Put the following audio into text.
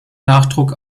nachdruck